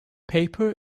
paper